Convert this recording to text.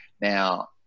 Now